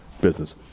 business